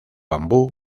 bambú